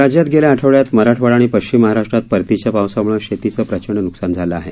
राज्यात गेल्या आठवड़यात मराठवाडा आणि पश्चिम महाराष्ट्रात परतीच्या पावसामुळे शेतीचं प्रचंड नुकसान झालं आहे